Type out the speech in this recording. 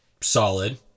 solid